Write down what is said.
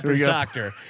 Doctor